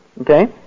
Okay